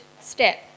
step